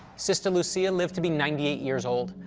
sister lucia and lived to be ninety eight years old,